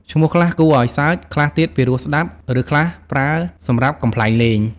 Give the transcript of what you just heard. ឈ្មោះខ្លះគួរឱ្យសើច ខ្លះទៀតពិរោះស្ដាប់ ឬខ្លះប្រើសម្រាប់កំប្លែងលេង។